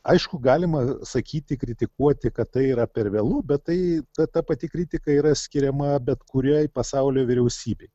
aišku galima sakyti kritikuoti kad tai yra per vėlu bet tai ta ta pati kritika yra skiriama bet kuriai pasaulio vyriausybei